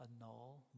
annul